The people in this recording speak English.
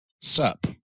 sup